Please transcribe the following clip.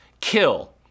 kill